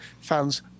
fans